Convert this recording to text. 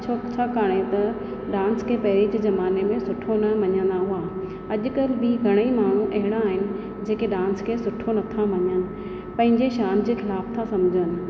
छो त काणे त डांस खे पहिरीं के ज़माने में सुठो न मञंदा हुआ अॼु कल्ह बि घणेई माण्हूं अहिड़ा आहिनि जेके डांस खे सुठो नथा मञनि पंहिंजे शान जे ख़िलाफ था समुझनि